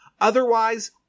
Otherwise